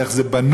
איך זה בנוי,